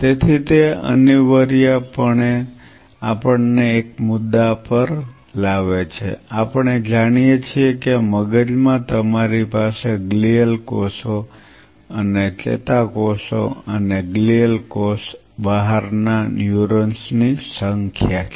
તેથી તે અનિવાર્યપણે આપણને એક મુદ્દા પર લાવે છે આપણે જાણીએ છીએ કે મગજમાં તમારી પાસે ગ્લિઅલ કોષો અને ચેતાકોષો અને ગ્લિઅલ કોષ બહારના ન્યુરોન્સ ની સંખ્યા છે